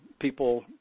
people